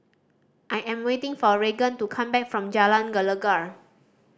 I am waiting for Reagan to come back from Jalan Gelegar